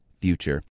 future